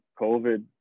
COVID